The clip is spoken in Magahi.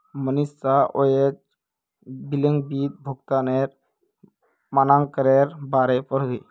मनीषा अयेज विलंबित भुगतानेर मनाक्केर बारेत पढ़बे